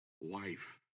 wife